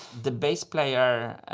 the bass player.